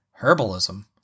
Herbalism